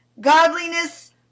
godliness